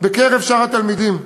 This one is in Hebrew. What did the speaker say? בקרב שאר התלמידים.